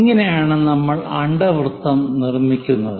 ഇങ്ങനെയാണ് നമ്മൾ അണ്ഡവൃത്തം നിർമ്മിക്കുന്നത്